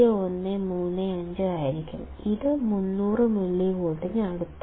0135 ആയിരുന്നു ഇത് 300 മില്ലിവോൾട്ടിനടുത്താണ്